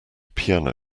piano